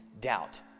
doubt